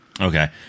Okay